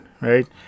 right